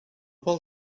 vol